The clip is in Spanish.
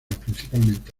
principalmente